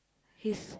he's